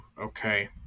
Okay